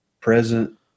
present